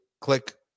Click